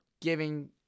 giving